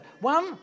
One